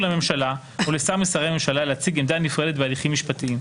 לממשלה או לשר משרי הממשלה להציג עמדה נפרדת בהליכים משפטיים.